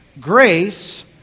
Grace